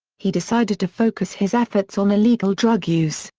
he decided to focus his efforts on illegal drug use,